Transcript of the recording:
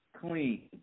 clean